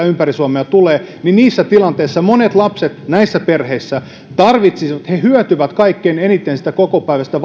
ympäri suomea että niissä tilanteissa monet lapset näissä perheissä tarvitsisivat he hyötyvät kaikkein eniten siitä kokopäiväistä